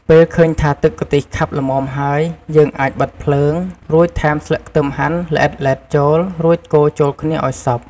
ពេលឃើញថាទឹកខ្ទិះខាប់ល្មមហើយ យើងអាចបិទភ្លើង រួចថែមស្លឹកខ្ទឹមហាន់ល្អិតៗចូល រួចកូរចូលគ្នាឲ្យសព្វ។